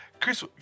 Chris